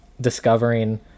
discovering